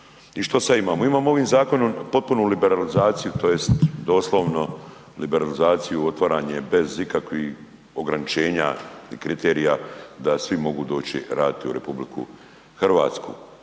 I što sada imamo? Imamo ovim zakonom potpunu liberalizaciju tj. doslovno liberalizaciju otvaranje bez ikakvih ograničenja i kriterija da svi mogu doći raditi u RH.